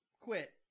quit